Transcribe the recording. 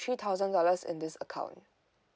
three thousand dollars in this account